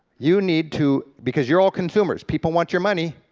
you need to because you're all consumers people want your money,